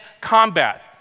combat